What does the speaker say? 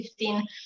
2015